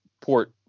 port